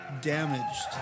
damaged